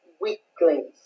weaklings